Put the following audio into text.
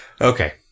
Okay